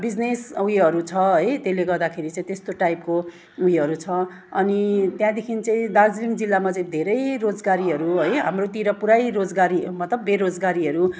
business उयोहरू छ है त्यसले गर्दाखेरि चाहिँ त्यस्तो टाइपको उयोहरू छ अनि त्यहाँदेखि चाहिँ दार्जिलिङ जिल्लामा चाहिँ धेरै रोजगारीहरू है हाम्रोतिर पुरै रोजगारी मतलब बेरोजगारीहरू